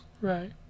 right